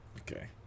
okay